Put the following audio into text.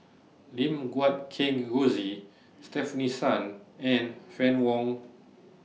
Lim Guat Kheng Rosie Stefanie Sun and Fann Wong